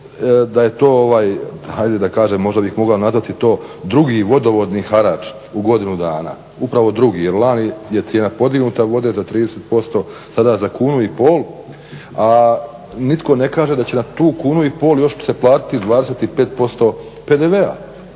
da je to, možda bih mogao nazvati to drugi vodovodni harač u godinu dana, upravo drugi jer lani je cijena podignuta vode za 30%, sada za 1,5 kunu, a nitko ne kaže da će na tu 1,5 kunu još se platiti 25% PDV-a